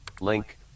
Link